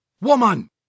Woman